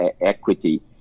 equity